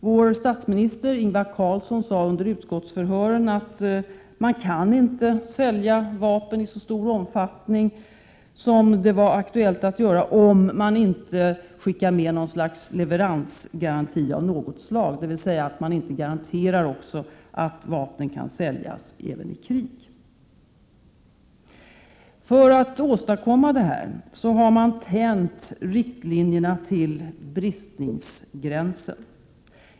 Vår statsminister Ingvar Carlsson sade under utskottsförhören att man inte kan sälja vapen i så stor omfattning som det var aktuellt att göra, om man inte skickar med något slags leveransgaranti av något slag, dvs. om man inte också garanterar att vapen kan säljas även i krig. För att åstadkomma detta har man tänjt riktlinjerna till bristningsgränsen.